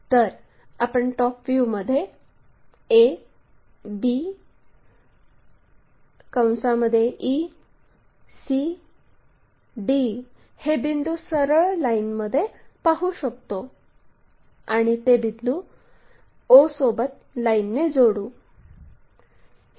तर आपण टॉप व्ह्यूमध्ये a b c d हे बिंदू सरळ लाईनमध्ये पाहू शकतो आणि ते बिंदू o सोबत लाईनने जोडू